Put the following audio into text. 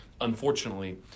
Unfortunately